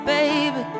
Baby